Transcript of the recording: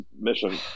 mission